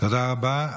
תודה רבה.